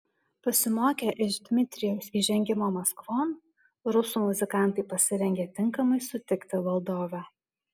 pasimokę iš dmitrijaus įžengimo maskvon rusų muzikantai pasirengė tinkamai sutikti valdovę